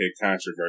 controversy